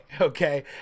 okay